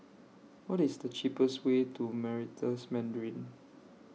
What IS The cheapest Way to Meritus Mandarin